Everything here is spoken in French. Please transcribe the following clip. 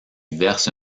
verse